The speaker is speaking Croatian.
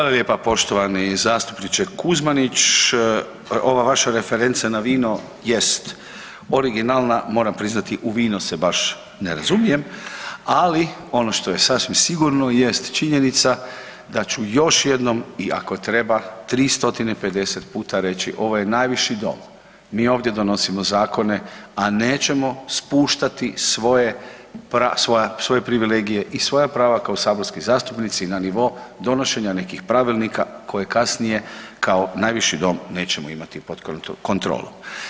lijepa poštovani zastupniče Kuzmanić, ova vaša referenca na vino jest originalna, moram priznati u vino se baš ne razumijem, ali ono što je sasvim sigurno jest činjenica da ću još jednom i ako treba 350 puta reći, ovo je najviši dom, mi ovdje donosimo zakone, a nećemo spuštati svoje, svoje privilegije i svoja prava kao saborski zastupnici na nivo donošenja nekih pravilnika koje kasnije kao najviši dom nećemo imati pod kontrolom.